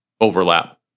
overlap